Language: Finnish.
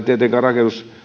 tietenkään